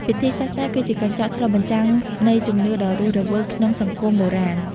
ពិធីសាសនា គឺជាកញ្ចក់ឆ្លុះបញ្ចាំងនៃជំនឿដ៏រស់រវើកក្នុងសង្គមបុរាណ។